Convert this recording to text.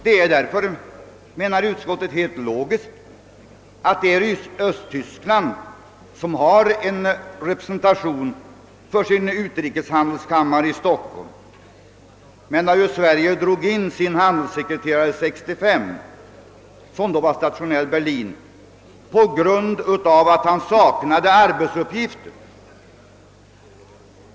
Det är därför, menar utskottet, helt 1logiskt att Östtyskland har en representation för sin utrikeshandel i Stockholm. Sverige drog 1965 tillbaka sin handelssekreterare, som då var stationerad i Berlin, på grund av att han saknade arbetsuppgifter.